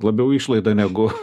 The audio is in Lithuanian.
labiau išlaida negu